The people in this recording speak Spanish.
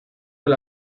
del